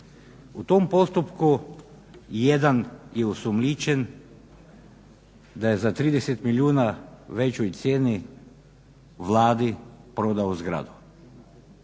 U tom postupku jedan je osumnjičen da je za 30 milijuna većoj cijeni Vladi prodao zgradu.